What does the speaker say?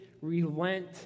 relent